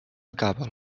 acaba